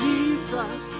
Jesus